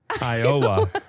Iowa